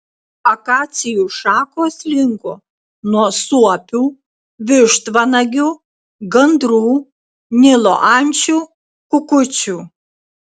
akacijų šakos linko nuo suopių vištvanagių gandrų nilo ančių kukučių